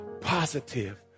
positive